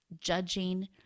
judging